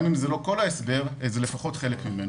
גם אם זה לא כל ההסבר, זה לפחות חלק ממנו.